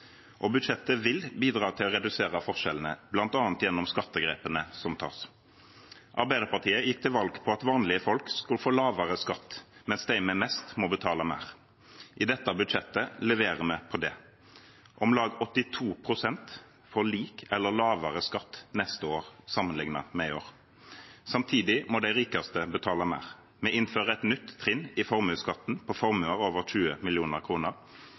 Budsjettet vil bidra til å redusere forskjellene, bl.a. gjennom skattegrepene som tas. Arbeiderpartiet gikk til valg på at vanlige folk skulle få lavere skatt, mens de med mest må betale mer. I dette budsjettet leverer vi på det. Om lag 82 pst. får lik eller lavere skatt neste år sammenlignet med i år. Samtidig må de rikeste betale mer. Vi innfører et nytt trinn i formuesskatten på formuer over 20